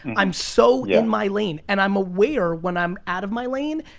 i'm so in my lane. and i'm aware when i'm out of my lane.